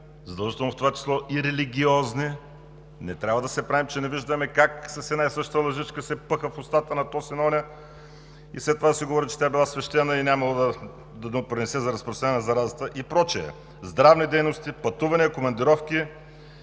задължително в това число и религиозни – не трябва да се правим, че не виждаме как с една и съща лъжичка се пъха в устата на този и на онзи и след това да се говори, че тя била свещена и нямало да допринесе за разпространяване на заразата, и прочие – здравни дейности, пътувания, командировки,